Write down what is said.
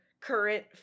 current